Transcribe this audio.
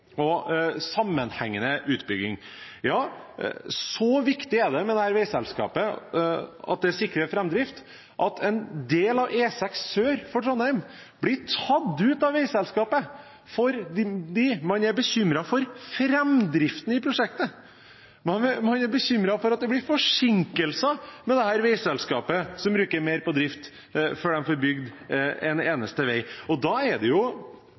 og sammenhengende utbygging. Så viktig er det at dette veiselskapet sikrer framdrift at en del av E6 sør for Trondheim blir tatt ut av veiselskapet fordi man er bekymret for framdriften i prosjektet, og man er bekymret for at det blir forsinkelser med dette veiselskapet, som bruker mer på drift før de får bygd en eneste vei. Da er det